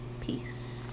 Peace